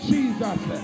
Jesus